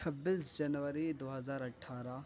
چھبیس جنوری دو ہزار اٹھارہ